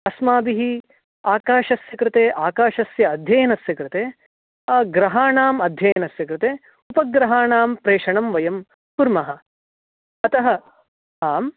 अस्माभिः आकाशस्य कृते आकाशस्य अध्ययन्स्य कृते ग्रहाणाम् अध्ययनस्य कृते उपग्रहाणां प्रेषणं वयं कुर्मः अतः आम्